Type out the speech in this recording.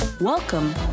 Welcome